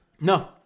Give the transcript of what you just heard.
No